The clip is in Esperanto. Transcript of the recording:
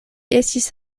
estis